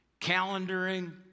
calendaring